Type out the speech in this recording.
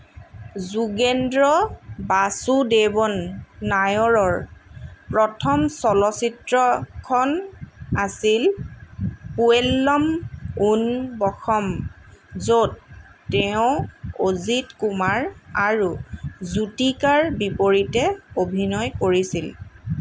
যোগেন্দ্ৰ বাসুদেৱন নাইৰৰ প্ৰথম চলচ্চিত্ৰখন আছিল পুৱেল্লম উন বসম য'ত তেওঁ অজিত কুমাৰ আৰু জ্যোতিকাৰ বিপৰীতে অভিনয় কৰিছিল